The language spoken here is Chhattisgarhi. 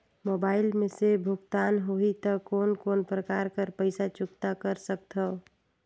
मोबाइल से भुगतान होहि त कोन कोन प्रकार कर पईसा चुकता कर सकथव?